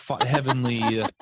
heavenly